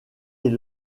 est